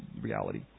reality